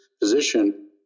position